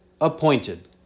appointed